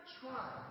Try